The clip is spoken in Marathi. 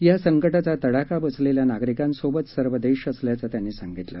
या संकटाचा तडाखा बसलेल्या नागरिकांसोबत सर्व देश असल्याचं त्यांनी सांगितलं